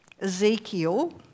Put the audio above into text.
Ezekiel